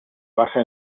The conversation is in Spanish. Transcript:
basa